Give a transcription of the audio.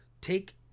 take